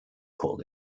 call